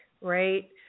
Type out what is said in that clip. right